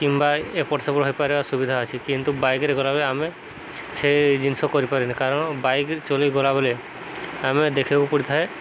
କିମ୍ବା ଏପଟ ସେପଟ ହେଇପାରିବା ସୁବିଧା ଅଛି କିନ୍ତୁ ବାଇକ୍ରେ ଗଲାବେଳେ ଆମେ ସେଇ ଜିନିଷ କରିପାରନି କାରଣ ବାଇକ୍ ଚଲେଇ ଗଲାବେଳେ ଆମେ ଦେଖିବାକୁ ପଡ଼ିଥାଏ